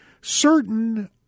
certain